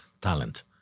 talent